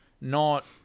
Not-